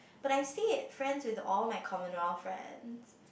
but I stay friends with all my Commonwealth friends